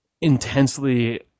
intensely